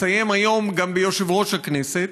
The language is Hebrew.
מסיים היום גם ביושב-ראש הכנסת.